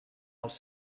els